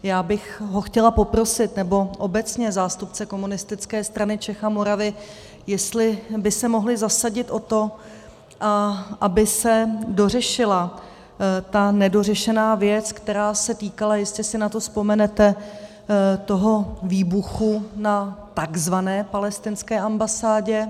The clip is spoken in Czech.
Já bych ho chtěla poprosit, nebo obecně zástupce Komunistické strany Čech a Moravy, jestli by se mohli zasadit o to, aby se dořešila ta nedořešená věc, která se týkala, jestli si na to vzpomenete, toho výbuchu na tzv. palestinské ambasádě.